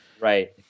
Right